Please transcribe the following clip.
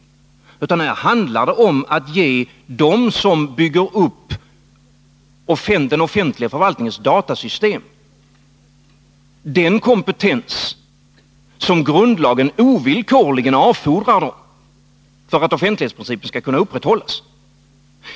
Det handlar här i stället om att ge dem som bygger upp den offentliga förvaltningens datasystem den kompetens som grundlagen ovillkorligen avfordrar dem för att man skall kunna upprätthålla offentlighetsprincipen.